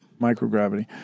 microgravity